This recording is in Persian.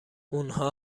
اونها